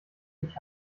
ich